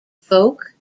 folk